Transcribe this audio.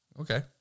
Okay